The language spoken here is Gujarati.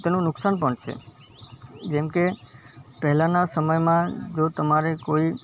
તેનું નુકસાન પણ છે જેમકે પહેલાંના સમયમાં જો તમારે કોઈ